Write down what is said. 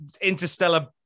interstellar